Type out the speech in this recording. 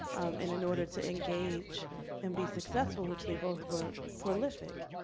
and in order to engage and be successful, which they both were prolific,